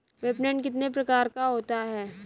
विपणन कितने प्रकार का होता है?